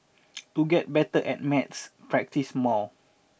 to get better at maths practice more